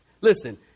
Listen